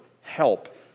help